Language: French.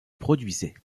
produisaient